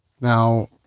Now